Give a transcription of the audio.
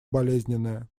болезненная